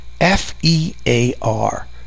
F-E-A-R